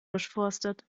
durchforstet